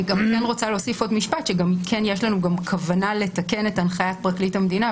אני רוצה להוסיף שגם כן יש לנו כוונה לתקן את הנחיית פרקליט המדינה,